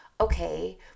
okay